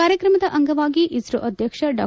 ಕಾರ್ಯಕ್ರಮದ ಅಂಗವಾಗಿ ಇಸ್ತೋ ಅಧ್ಯಕ್ಷ ಡಾ